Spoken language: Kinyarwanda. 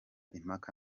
impaka